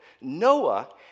Noah